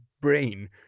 brain